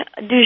du